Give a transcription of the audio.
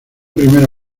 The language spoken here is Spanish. primera